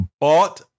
bought